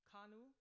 Kanu